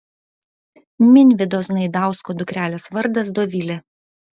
minvydo znaidausko dukrelės vardas dovilė